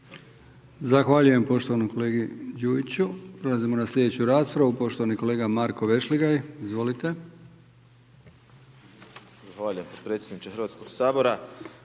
Zahvaljujem poštovanom kolegi Đujiću. Prelazimo na sljedeću raspravu. Poštovani kolega Marko Vešligaj. Izvolite. **Vešligaj, Marko (SDP)**